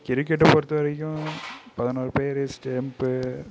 கிரிக்கெட்டை பொறுத்தவரைக்கும் பதினோரு பேர் ஸ்டெம்ப்பு